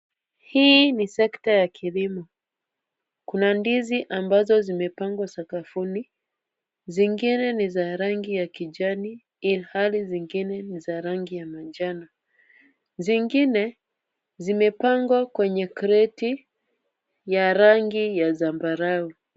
Hii ni sekta ya kilimo. Kuna ndizi ambazo zimepangwa sakafuni, zingine ni za rangi ya kijani, ilhali zingine ni za rangi ya manjano. Zingine zimepangwa kwenye crate , ya rangi ya zambarau.